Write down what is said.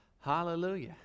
Hallelujah